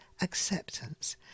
acceptance